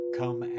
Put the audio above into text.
come